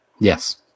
Yes